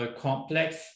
complex